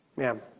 ma'am.